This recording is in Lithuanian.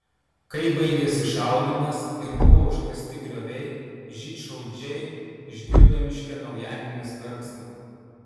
kai baigėsi šaudymas ir buvo užkasti grioviai žydšaudžiai išgirdo miške naujagimės verksmą